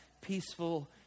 peaceful